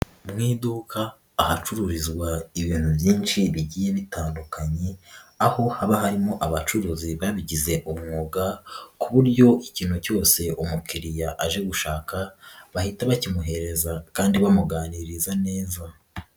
Mu iduka ahacururizwa ibintu byinshi bigiye bitandukanye, aho haba harimo abacuruzi babigize umwuga ku buryo ikintu cyose umukiriya aje gushaka, bahita bakimuhereza kandi bamuganiriza neza.